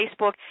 Facebook